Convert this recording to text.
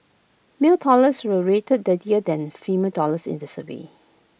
male toilets were rated dirtier than female toilets in the survey